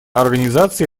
организации